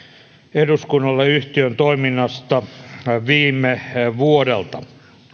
eduskunnalle yhtiön toiminnasta viime vuodelta